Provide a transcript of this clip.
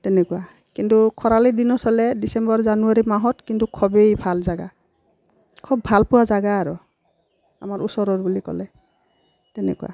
তেনেকুৱা কিন্তু খৰালিৰ দিনত হ'লে ডিচেম্বৰ জানুৱাৰী মাহত কিন্তু খবেই ভাল জেগা খুব ভাল পোৱা জেগা আৰু আমাৰ ওচৰৰ বুলি ক'লে তেনেকুৱা